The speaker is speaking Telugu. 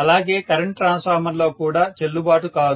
అలాగే కరెంటు ట్రాన్స్ఫార్మర్ లో కూడా చెల్లుబాటు కాదు